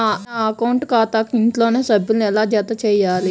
నేను నా అకౌంట్ ఖాతాకు ఇంట్లోని సభ్యులను ఎలా జతచేయాలి?